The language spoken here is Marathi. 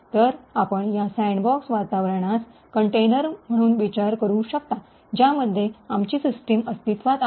तर आपण या सँडबॉक्स वातावरणास कंटेनर म्हणून विचार करू शकता ज्यामध्ये आमची सिस्टम अस्तित्त्वात आहे